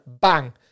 bang